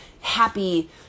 happy